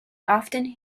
often